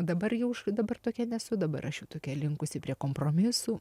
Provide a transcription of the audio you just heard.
dabar jau dabar tokia nesu dabar aš jau tokia linkusi prie kompromisų